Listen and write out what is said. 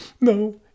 No